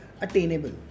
attainable